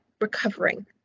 recovering